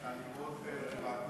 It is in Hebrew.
אני מאוד בעדו,